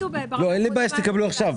אין לי בעיה שתקבלו עכשיו,